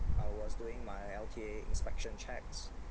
I was doing my L_T_A inspection checks